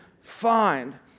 find